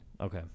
okay